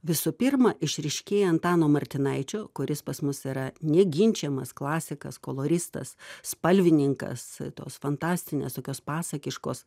visų pirma išryškėja antano martinaičio kuris pas mus yra neginčijamas klasikas koloristas spalvininkas tos fantastinės tokios pasakiškos